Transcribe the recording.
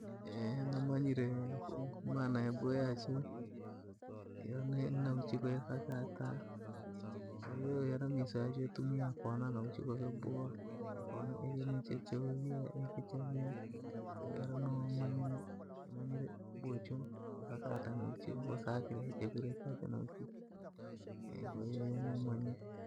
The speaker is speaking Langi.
nimanyire nkuku maana yaboya tu yane nauchiku yakata, kwahiyo era misaji tumia kuonana uchiku akaboha kaona eye nechechovia eke chamia. Era no manyire, manyire bochomu, atana uchiku asakile chakurya chake na uchiku kwahiyo na mumanyire.